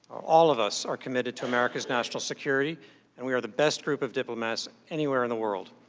all of us are committed to america's national security and we are the best group of diplomats anywhere in the world.